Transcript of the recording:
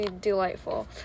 delightful